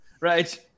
right